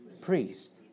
priest